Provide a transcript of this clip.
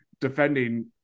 defending